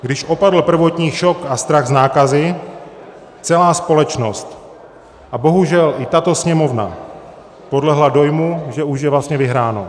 Když opadl prvotní šok a strach z nákazy, celá společnost a bohužel i tato Sněmovna podlehla dojmu, že už je vlastně vyhráno.